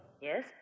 Yes